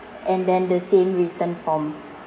and then the same written form